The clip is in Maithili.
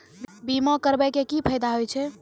बीमा करबै के की फायदा होय छै?